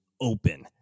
open